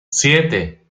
siete